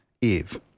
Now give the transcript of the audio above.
Eve